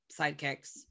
sidekicks